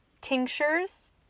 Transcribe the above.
tinctures